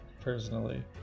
personally